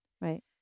Right